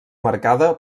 marcada